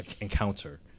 encounter